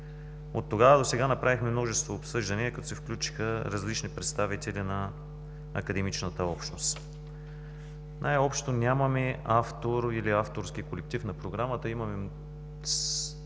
Оттогава досега направихме множество обсъждания, като се включиха различни представители на академичната общност. Най-общо, нямаме автор или авторски колектив на Програмата. Имаме стъпване